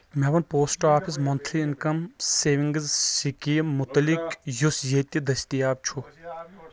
مےٚ one post office monthly income savings scheme مُتلِق یُس ییٚتہِ دٔستیاب چھُ